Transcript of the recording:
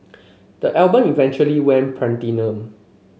the album eventually went platinum